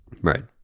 Right